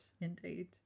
indeed